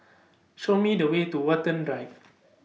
Show Me The Way to Watten Drive